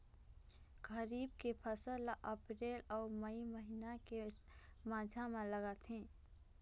खरीफ के फसल ला अप्रैल अऊ मई महीना के माझा म लगाथे